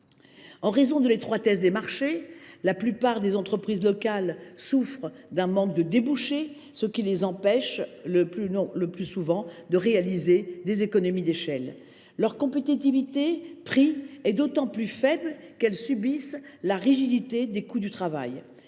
en raison de l’étroitesse des marchés, la plupart des entreprises locales souffrent d’un manque de débouchés, ce qui les empêche très souvent de réaliser des économies d’échelle. Leur compétitivité prix est d’autant plus faible qu’elles subissent la rigidité des coûts du travail.